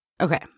Okay